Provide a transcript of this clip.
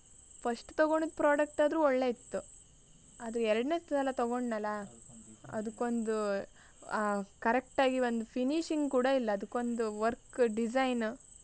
first ತಗೊಂಡಿದ್ದು product ಆದ್ರೂ ಒಳ್ಳೆ ಇತ್ತು ಆದರೆ ಎರಡನೇ ಸಲ ತಗೊಂಡೆನಲ್ಲ ಅದಕ್ಕೊಂದು ಕರೆಕ್ಟ್ ಆಗಿ ಒಂದು ಫಿನಿಷಿಂಗ್ ಕೂಡ ಇಲ್ಲ ಅದಕ್ಕೊಂದು ವರ್ಕ್ ಡಿಸೈನ